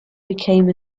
became